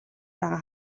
байгаа